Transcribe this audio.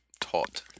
Taught